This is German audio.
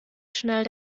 schnell